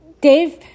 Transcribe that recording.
Dave